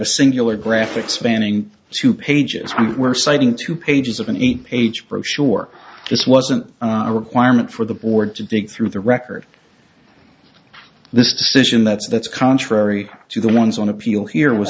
a singular graphic spanning two pages were citing two pages of an eight page brochure this wasn't a requirement for the board to dig through the record this decision that's that's contrary to the ones on appeal here w